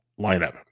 lineup